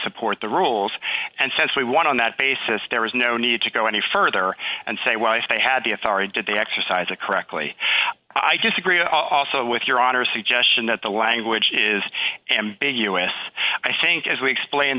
support the rules and says we won on that basis there was no need to go any further and say well if they had the authority did they exercise it correctly i disagreed also with your honor suggestion that the language is big u s i think as we explain